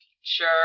Sure